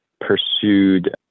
pursued